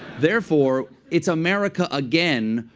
therefore, it's america again,